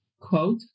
quote